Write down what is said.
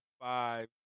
five